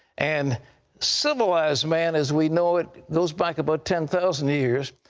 and civilized man as we know it, goes back about ten thousand years,